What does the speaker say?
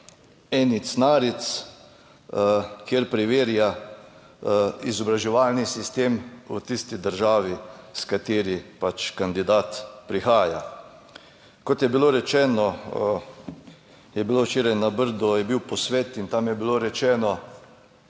ENIC-NARIC, kjer preverja izobraževalni sistem v tisti državi iz katere kandidat prihaja. Kot je bilo rečeno. Je bilo včeraj na Brdu je bil posvet in tam je bilo rečeno,